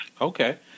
Okay